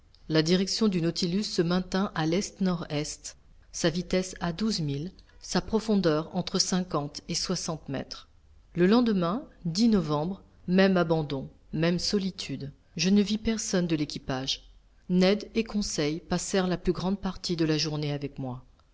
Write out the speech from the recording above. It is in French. la direction du nautilus se maintint à lest nord est sa vitesse à douze milles sa profondeur entre cinquante et soixante mètres le lendemain novembre même abandon même solitude je ne vis personne de l'équipage ned et conseil passèrent la plus grande partie de la journée avec moi